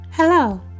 Hello